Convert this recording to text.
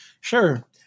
Sure